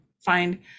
find